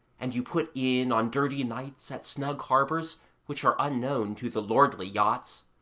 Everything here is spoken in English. and you put in on dirty nights at snug harbours which are unknown to the lordly yachts.